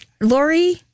Lori